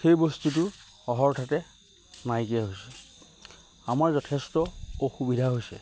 সেই বস্তুটো হঠাতে নাইকিয়া হৈছে আমাৰ যথেষ্ট অসুবিধা হৈছে